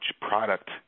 product